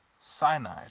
cyanide